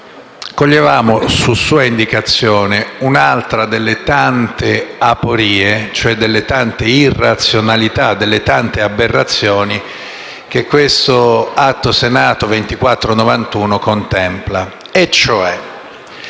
coglievo, su sua indicazione, un'altra delle tante aporie e, cioè, delle tante irrazionalità e aberrazioni che l'Atto Senato 2941 contempla.